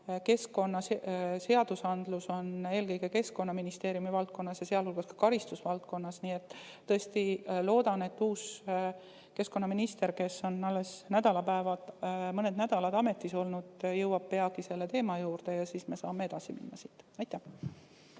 keskkonna seadusandlus on eelkõige Keskkonnaministeeriumi valdkonnas, sealhulgas ka karistusvaldkonnas. Nii et tõesti loodan, et uus keskkonnaminister, kes on alles mõned nädalad ametis olnud, jõuab peagi selle teema juurde ja siis me saame siit edasi minna.